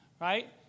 right